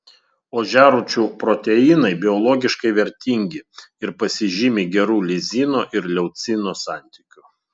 ožiarūčių proteinai biologiškai vertingi ir pasižymi geru lizino ir leucino santykiu